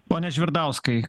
pone žvirdauskai